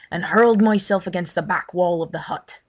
and hurled myself against the back wall of the hut.